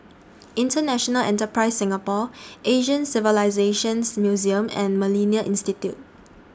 International Enterprise Singapore Asian Civilisations Museum and Millennia Institute